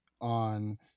on